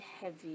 heavy